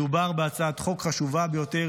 מדובר בהצעת חוק חשובה ביותר,